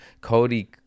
Cody